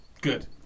Good